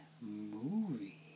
movie